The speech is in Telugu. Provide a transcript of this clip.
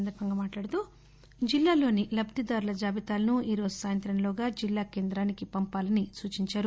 సందర్బంగా మాట్లాడుతూ జిల్లాలోని లబ్దిదారుల జాబితాలను ఈ రోజు సాయంత్రం లోగా జిల్లా కేంద్రానికి పంపాలని సూచించారు